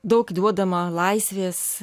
daug duodama laisvės